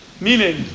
meaning